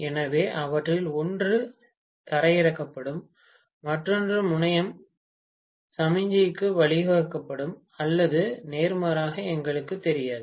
எனவே அவற்றில் ஒன்று தரையிறக்கப்படும் மற்றொன்று முனையம் சமிக்ஞைக்கு வழங்கப்படும் அல்லது நேர்மாறாக எங்களுக்குத் தெரியாது